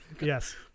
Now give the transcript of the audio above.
Yes